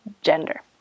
gender